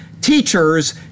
teachers